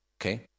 Okay